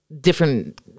different